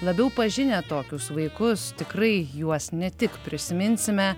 labiau pažinę tokius vaikus tikrai juos ne tik prisiminsime